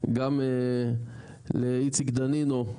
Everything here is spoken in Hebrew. גם לאיציק דנינו,